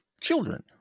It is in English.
children